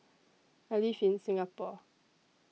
I live in Singapore